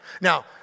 Now